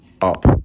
up